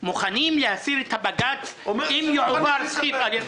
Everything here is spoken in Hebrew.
שהמשפחות מוכנות להסיר את העתירה לבג"ץ אם יועבר סכום כסף?